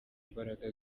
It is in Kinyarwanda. imbaraga